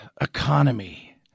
Economy